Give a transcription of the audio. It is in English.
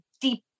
deep